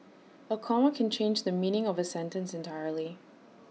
A comma can change the meaning of A sentence entirely